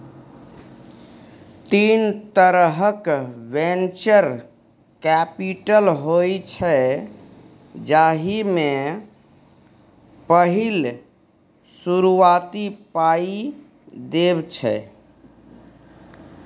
तीन तरहक venture capital होइ छै जाहि मे पहिल शुरुआती पाइ देब छै